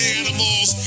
animals